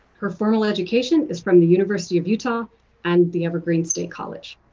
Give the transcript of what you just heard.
her formal education is from the university of utah and the evergreen state college.